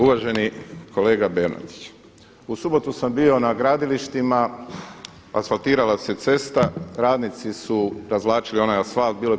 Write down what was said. Uvaženi kolega Bernardić, u subotu sam bio na gradilištima, asfaltirala se cesta, radnici su razvlačili onaj asfalt, bilo je +40.